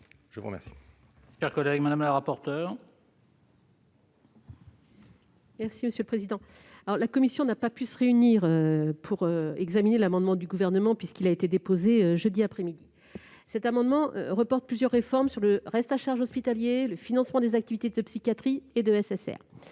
Je vous remercie